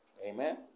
Amen